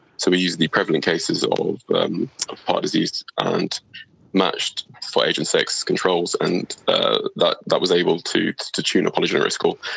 so we use the prevalent cases of heart disease and matched for age and sex controls, and ah that that was able to to tune a polygenetic risk score.